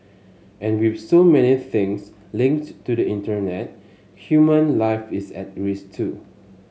and with so many things linked to the Internet human life is at risk too